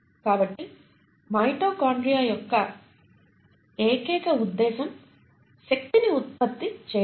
కాబట్టి మైటోకాండ్రియా యొక్క ఏకైక ఉద్దేశ్యం శక్తి ని ఉత్పత్తి చేయటం